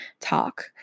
talk